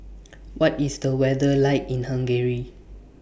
What IS The weather like in Hungary